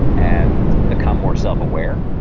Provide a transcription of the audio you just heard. and become more self aware,